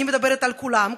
אני מדברת על כולם,